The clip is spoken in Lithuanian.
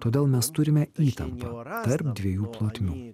todėl mes turime įtampą tarp dviejų plotmių